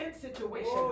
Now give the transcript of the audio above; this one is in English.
situation